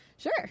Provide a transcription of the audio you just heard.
Sure